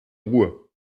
ruhe